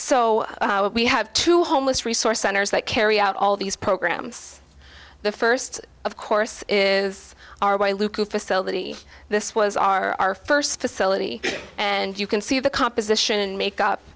so we have two homeless resource centers that carry out all these programs the first of course is our way luca facility this was our first facility and you can see the composition and make